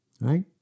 right